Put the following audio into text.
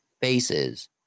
faces